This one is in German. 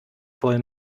voll